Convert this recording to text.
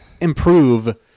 improve